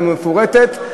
המפורטת,